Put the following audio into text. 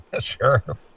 Sure